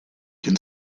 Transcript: can